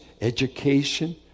education